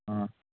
ꯑꯥ